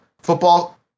Football